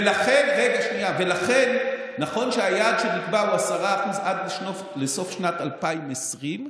ולכן, נכון שהיעד שנקבע הוא 10% עד לסוף שנת 2020,